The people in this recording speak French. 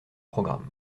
programme